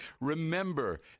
Remember